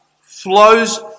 flows